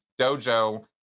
dojo